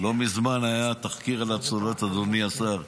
לא מזמן היה תחקיר על הצוללות, אדוני השר.